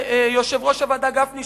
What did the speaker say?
ויושב-ראש הוועדה גפני,